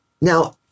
Now